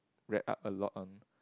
read up a lot on